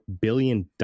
billion